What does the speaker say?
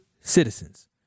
citizens